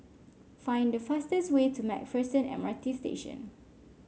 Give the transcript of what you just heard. find the fastest way to MacPherson M R T Station